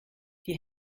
die